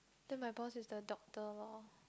then my boss is the doctor loh